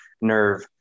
nerve